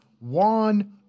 Juan